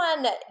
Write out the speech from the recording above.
one